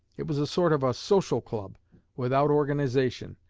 it was a sort of social club without organization.